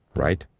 right?